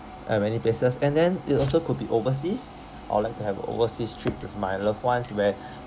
and many places and then it also could be overseas I would like to have a overseas trip with my loved ones where